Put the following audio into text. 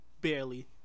Barely